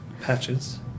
Patches